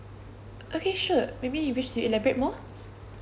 okay sure maybe you wish to elaborate more